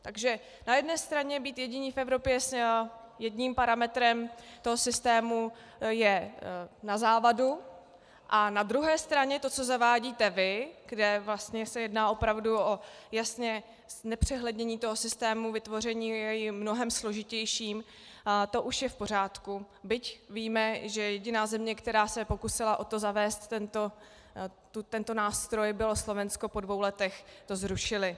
Takže na jedné straně být jediní v Evropě s jedním parametrem toho systému je na závadu, a na druhé straně to, co zavádíte vy, kde se vlastně jedná opravdu o jasné znepřehlednění systému vytvoření mnohem složitějším, to už je v pořádku, byť víme, že jediná země, která se pokusila o to zavést tento nástroj, bylo Slovensko, kde to po dvou letech zrušili.